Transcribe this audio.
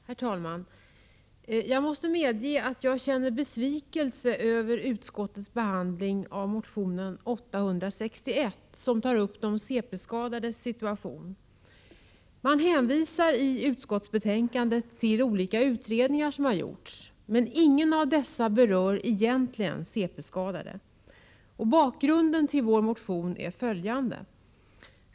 Herr talman! Jag måste medge att jag känner besvikelse över utskottets behandling av motion 861, som tar upp de cp-skadades situation. Man hänvisar i utskottsbetänkandet till olika utredningar som har gjorts, men ingen av dem berör egentligen cp-skadade. Bakgrunden till vår motion är följande.